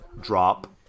drop